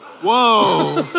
Whoa